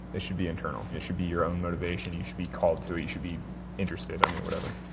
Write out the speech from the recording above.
it should be internal. it should be your own motivation, you should be called to it, you should be interested, i mean whatever.